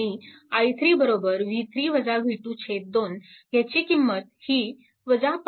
आणि i3 2 ह्याची किंमत ही 5